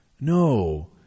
No